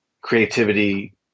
Creativity